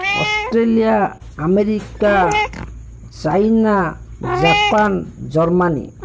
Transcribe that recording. Australia America China Japan Germany